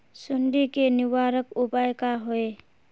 सुंडी के निवारक उपाय का होए?